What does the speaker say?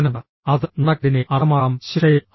അത് നാണക്കേടിനെ അർത്ഥമാക്കാം ശിക്ഷയെ അർത്ഥമാക്കാം